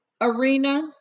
arena